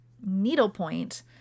needlepoint